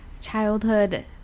childhood